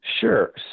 Sure